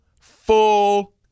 full